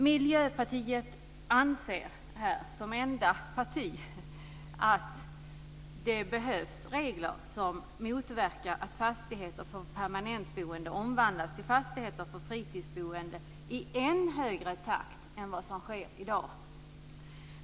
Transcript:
Miljöpartiet är det enda partiet som anser att det behövs regler som motverkar att fastigheter för permanentboende omvandlas till fastigheter för fritidsboende i en ännu högre takt än som i dag sker.